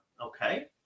Okay